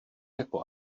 jako